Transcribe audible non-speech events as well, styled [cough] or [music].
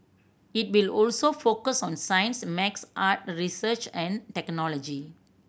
it will also focus on science [unintelligible] art research and technology